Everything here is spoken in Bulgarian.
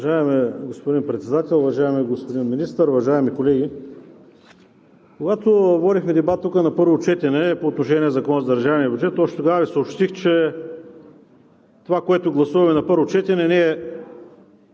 Уважаеми господин Председател, уважаеми господин Министър, уважаеми колеги! Когато водихме дебат тук на първо четене по отношение на Закона за държавния бюджет, още тогава Ви съобщих, че това, което гласуваме на първо четене, не е